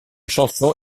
chanson